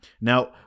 Now